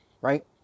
right